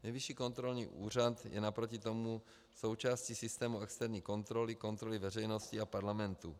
Nejvyšší kontrolní úřad je naproti tomu součástí systému externí kontroly, kontroly veřejnosti a parlamentu.